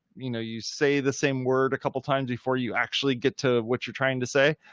you know. you say the same word a couple of times before you actually get to what you're trying to say.